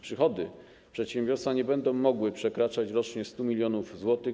Przychody przedsiębiorstwa nie będą mogły przekraczać rocznie 100 mln zł.